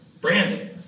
Branding